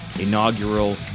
inaugural